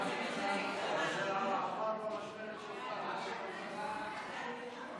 עם נגיף הקורונה החדש (הוראת שעה) (הגבלת היציאה מישראל) (תיקון מס' 3),